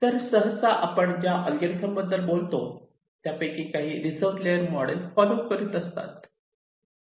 तर सहसा आपण ज्या अल्गोरिदमबद्दल बोलतो त्यापैकी काही रिझर्व लेअर मॉडेलचे फोलो करीत असतात